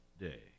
Day